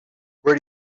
where